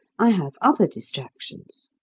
i have other distractions.